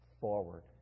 forward